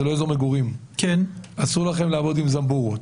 לא אזור מגורים אסור לכם לעמוד עם זמבורות,